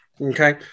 Okay